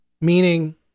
meaning